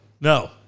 No